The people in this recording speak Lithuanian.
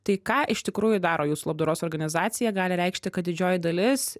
tai ką iš tikrųjų daro jūsų labdaros organizacija gali reikšti kad didžioji dalis